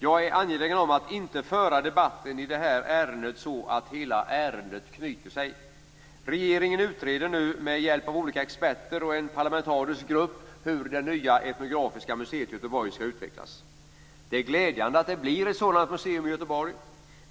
Jag är angelägen om att inte föra debatten i det här ärendet så att hela ärendet knyter sig. Regeringen utreder nu med hjälp av olika experter och en parlamentarisk grupp hur det nya etnografiska museet i Göteborg skall utvecklas. Det är glädjande att det blir ett sådant museum i Göteborg.